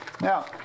Now